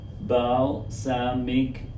Balsamic